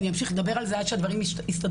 ואני אמשיך לדבר על זה עד שהדברים הסתדרו.